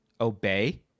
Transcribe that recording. obey